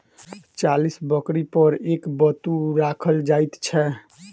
चालीस बकरी पर एक बत्तू राखल जाइत छै